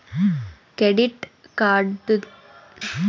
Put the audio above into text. credit కార్డుంది గదాని అవసరంలేని వాటికి కూడా వాడితే తర్వాత సేనా కట్టం అయితాది